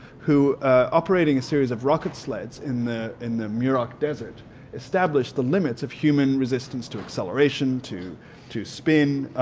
who operating a series of rocket sleds in the in the mirock desert established the limits of human resistance to acceleration, to to spin,